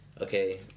okay